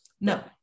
No